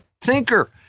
thinker